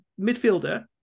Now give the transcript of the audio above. midfielder